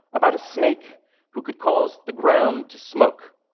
about a snake who could cause the ground to smoke.